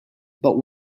but